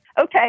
Okay